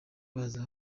baza